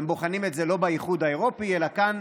הם בוחנים את זה לא באיחוד האירופי אלא כאן,